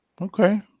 Okay